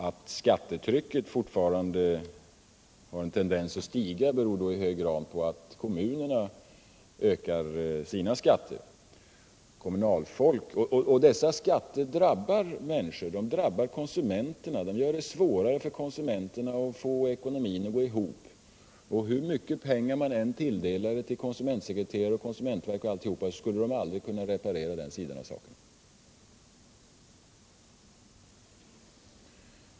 Att skattetrycket fortfarande har en tendens att stiga beror i hög grad på att kommunerna ökar sina skatter. Och dessa skatter drabbar konsumenterna och gör det svårare för dem att få ekonomin att gå ihop. Hur mycket pengar man än tilldelar konsumentsekreterare och konsumentverk så skulle det aldrig kunna reparera den sidan av saken.